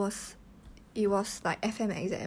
talk to me is like 他 very 尴尬